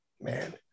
man